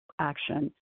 action